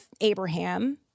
Abraham